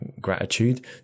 gratitude